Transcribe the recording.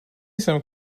some